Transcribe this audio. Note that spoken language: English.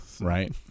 Right